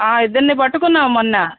ఇద్దరిని పట్టుకున్నాము మొన్న